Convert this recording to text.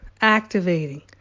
activating